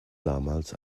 damals